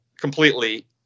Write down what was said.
completely